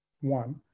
one